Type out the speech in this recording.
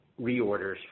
reorders